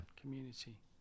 Community